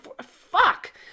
Fuck